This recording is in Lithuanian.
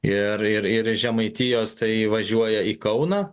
ir ir ir ir žemaitijos tai įvažiuoja į kauną